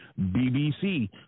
BBC